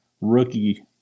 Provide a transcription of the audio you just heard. rookie